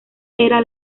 era